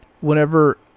whenever